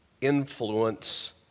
influence